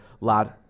lad